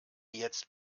jetzt